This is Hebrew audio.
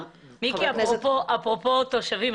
אפרופו תושבים,